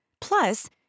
Plus